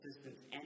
assistance